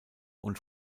und